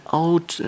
out